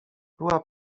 była